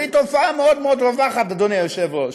והיא תופעה מאוד מאוד רווחת, אדוני היושב-ראש,